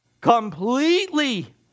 completely